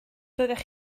doeddech